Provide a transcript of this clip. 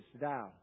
thou